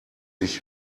ich